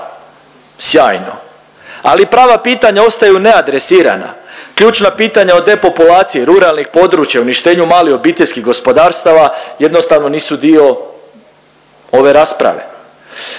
Sjajno! Ali prava pitanja ostaju neadresirana. Ključno pitanje o depopulaciji ruralnih područja, uništenju malih obiteljskih gospodarstava jednostavno nisu dio ove rasprave,